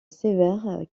sévère